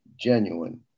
genuine